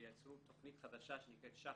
ויצרו תוכנית חדשה שנקראת שח"ר,